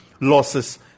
losses